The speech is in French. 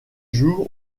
joue